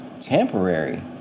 temporary